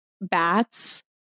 bats